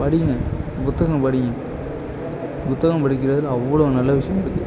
படியுங்கள் புத்தகம் படிங்க புத்தகம் படிக்கிறதில் அவ்வளோ நல்ல விஷயம் இருக்குது